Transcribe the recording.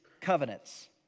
covenants